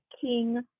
king